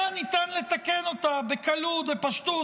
היה ניתן לתקן אותה בקלות ובפשטות,